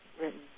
written